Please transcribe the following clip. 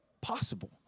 possible